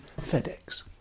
FedEx